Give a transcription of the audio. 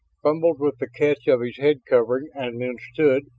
fumbled with the catch of his head covering and then stood,